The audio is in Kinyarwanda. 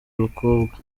bakobwa